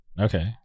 okay